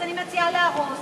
אז אני מציעה להרוס,